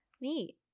neat